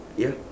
ya